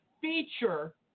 feature